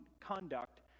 conduct